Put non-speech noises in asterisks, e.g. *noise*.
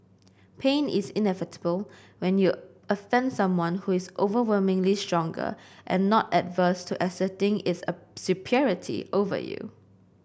pain is inevitable when you offend someone who is overwhelmingly stronger and not averse to asserting its *unintelligible* superiority over you